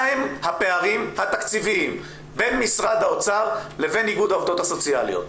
מה הם הפערים התקציביים בין משרד האוצר ובין איגוד העובדים הסוציאליים?